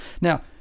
Now